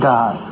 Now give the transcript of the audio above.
God